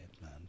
man